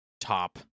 top